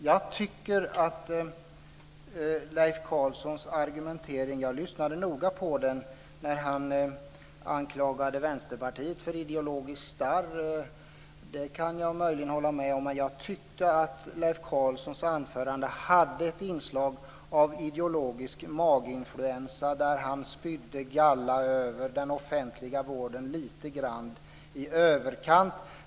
Jag lyssnade noga på Leif Carlsons argumentering när han anklagade Vänsterpartiet för ideologisk starr. Jag kan möjligen hålla med om det, men jag tyckte att Leif Carlsons anförande hade inslag av ideologisk maginfluensa, där han spydde galla över den offentliga vården lite i överkant.